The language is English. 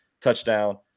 touchdown